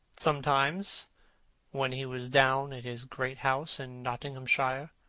sometimes when he was down at his great house in nottinghamshire,